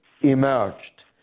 emerged